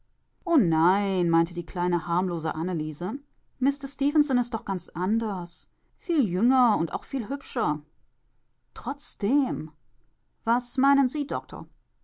o nein meinte die kleine harmlose anneliese mister stefenson ist doch ganz anders viel jünger und auch viel hübscher trotzdem was meinen sie